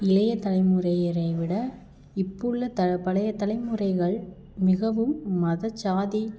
இளைய தலைமுறையினரை விட இப்போ உள்ள த பழைய தலைமுறைகள் மிகவும் மத ஜாதி